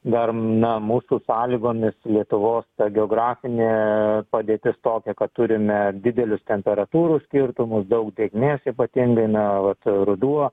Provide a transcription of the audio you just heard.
dar na mūsų sąlygomis lietuvos geografinė padėtis tokia kad turime didelius temperatūrų skirtumus daug drėgmės ypatingai na va ruduo